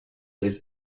this